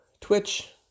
Twitch